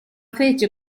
fece